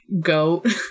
goat